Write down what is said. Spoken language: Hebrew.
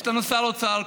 יש לנו שר האוצר,